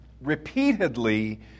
repeatedly